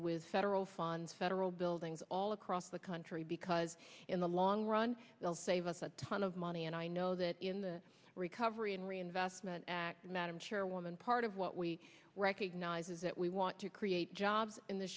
with federal funds federal buildings all across the country because in the long run they'll save us a ton of money and i know that in the recovery and reinvestment act madam chairwoman part of what we recognize is that we want to create jobs in the